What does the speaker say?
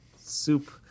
Soup